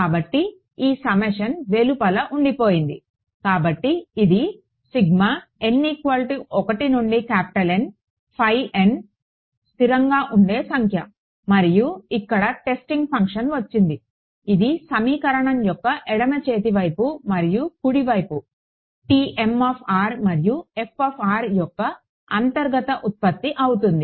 కాబట్టి ఈ సమ్మేషన్ వెలుపల ఉండిపోయింది కాబట్టి ఇది స్థిరంగా ఉండే సంఖ్య మరియు ఇక్కడ టెస్టింగ్ ఫంక్షన్ వచ్చింది ఇది సమీకరణం యొక్క ఎడమ చేతి వైపు మరియు కుడి వైపు tm మరియు f యొక్క అంతర్గత ఉత్పత్తి అవుతుంది